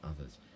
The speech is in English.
others